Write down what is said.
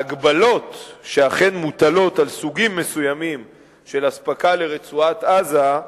ההגבלות שאכן מוטלות על סוגים מסוימים של אספקה לרצועת-עזה,